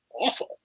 awful